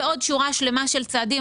ועוד שורה שלמה של צעדים.